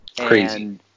Crazy